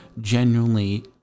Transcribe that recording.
genuinely